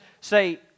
say